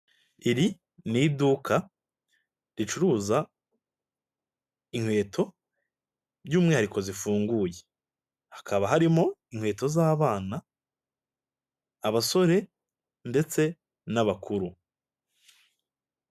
Iri n'iduka ricuruza inkweto by'umwihariko zifunguye, hakaba harimo inkweto z'abana, abasore ndetse n'abakuru.